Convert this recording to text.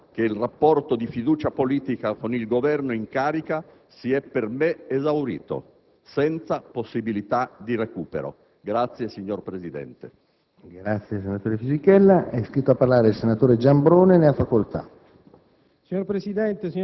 ma sia chiaro che il rapporto di fiducia politica con il Governo in carica si è per me esaurito, senza possibilità di recupero.